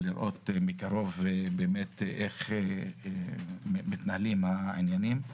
ולראות מקרוב איך מתנהלים העניינים.